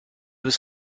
was